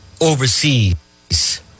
overseas